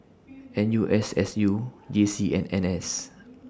N U S S U J C and N S